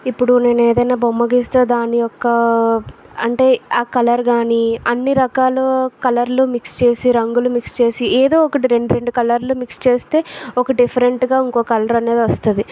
ఇప్పుడు నేను ఏదన్నా బొమ్మ గీస్తే దానియొక్క అంటే ఆ కలర్ కానీ అన్ని రకాలు కలర్లు మిక్స్ చేసి రంగులు మిక్స్ చేసి ఏదో ఒకటి రెండు రెండు కలర్ మిక్స్ చేస్తే ఒక డిఫరెంట్గా ఇంకో కలర్ అనేది వస్తుంది